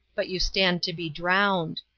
but you stand to be drowned.